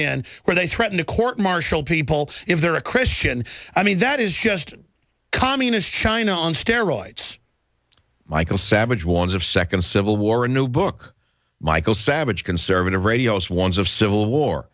then they threaten to court martial people if they're a christian i mean that is just communist china on steroids michael savage wants of second civil war a new book michael savage conservative radio swarms of civil war